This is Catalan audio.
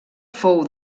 fou